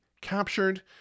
captured